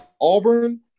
Auburn